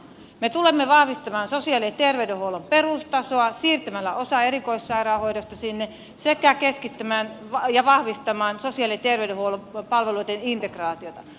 me tulemme vahvistamaan sosiaali ja terveydenhuollon perustasoa siirtämällä osan erikoissairaanhoidosta sinne sekä keskittämään ja vahvistamaan sosiaali ja terveydenhuollon palveluiden integraatiota